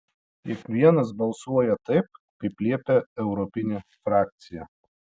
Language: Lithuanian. kiekvienas balsuoja taip kaip liepia europinė frakcija